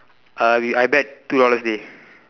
uh we I bet two dollars dey